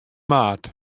maart